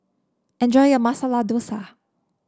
enjoy your Masala Dosa